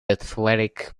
athletic